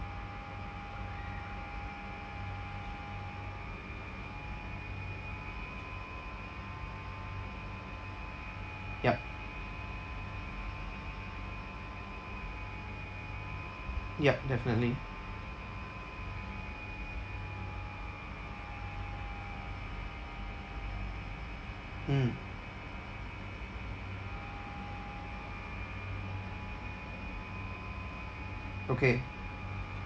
yup yup definitely mm okay